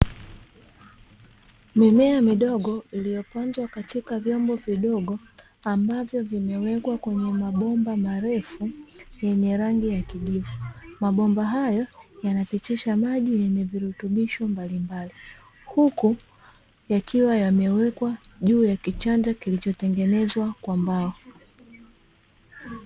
Mimea midogo iliyopandwa katika vyombo vidogo ambavyo vimewekwa kwenye mabomba marefu, yenye rangi ya kijivu. Mabomba hayo yanapitisha maji yenye virutubisho mbalimbali huku yakiwa yamewekwa juu ya kichanja kilichotengenezwa kwa mbao.